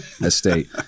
estate